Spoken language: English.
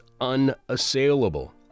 unassailable